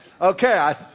okay